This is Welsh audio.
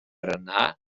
yna